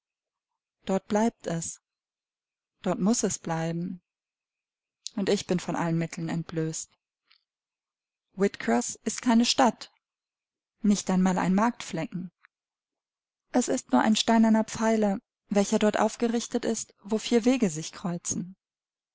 dort bleibt es dort muß es bleiben und ich bin von allen mitteln entblößt whitcroß ist keine stadt nicht einmal ein marktflecken es ist nur ein steinerner pfeiler welcher dort aufgerichtet ist wo vier wege sich kreuzen